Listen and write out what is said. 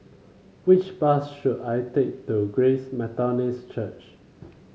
which bus should I take to Grace Methodist Church